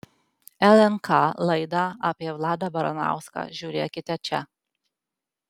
lnk laidą apie vladą baranauską žiūrėkite čia